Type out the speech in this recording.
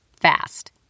fast